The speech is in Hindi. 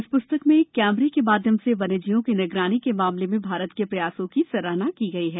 इस पुस्तक में कैमरे के माध्यम से वन्यजीवों की निगरानी के मामले में भारत के प्रयासों की सराहना की गई है